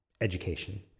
education